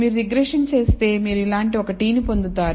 మీరు రిగ్రెషన్ చేస్తే మీరు ఇలాంటి ఒక t నీ పొందుతారు